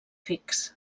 fix